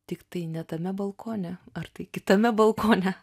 tiktai ne tame balkone ar tai kitame balkone